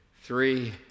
three